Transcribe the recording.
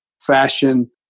fashion